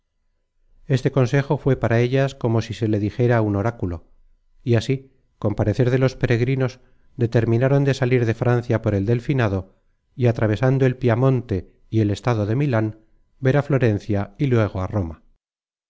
este consejo fué para ellas como si se le dijera un oráculo y así con parecer de los peregrinos determinaron de salir de francia por el delfinado y atravesando el piamonte y el estado content from google book search generated at de milan ver á florencia y luego a roma